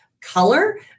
color